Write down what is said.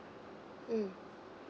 mm